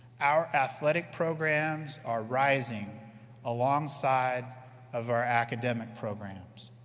our athletic programs are rising alongside of our academic programs.